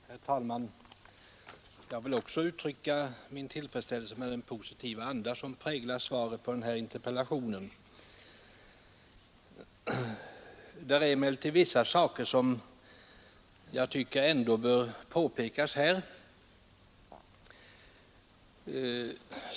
Herr talman! Jag vill också uttrycka min tillfredsställelse med den positiva anda som präglar svaret på interpellationen. Det är emellertid vissa saker som jag tycker ändå bör påpekas.